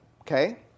okay